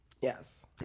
yes